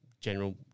general